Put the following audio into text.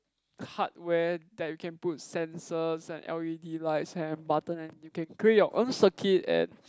hardware that you can put sensors and l_e_d lights and button and you can create your own circuit and